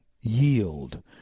yield